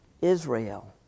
Israel